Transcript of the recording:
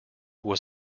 was